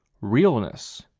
realness,